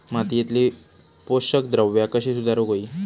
मातीयेतली पोषकद्रव्या कशी सुधारुक होई?